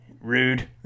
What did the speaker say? Rude